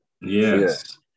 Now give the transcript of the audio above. Yes